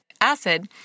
acid